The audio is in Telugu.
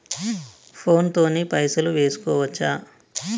ఫోన్ తోని పైసలు వేసుకోవచ్చా?